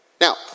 Now